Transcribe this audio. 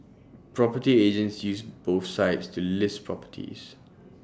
property agents use both sites to list properties